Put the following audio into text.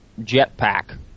jetpack